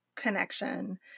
Connection